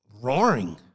roaring